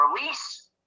release